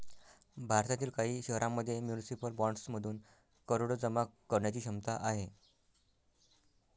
भारतातील काही शहरांमध्ये म्युनिसिपल बॉण्ड्समधून करोडो जमा करण्याची क्षमता आहे